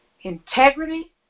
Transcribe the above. Integrity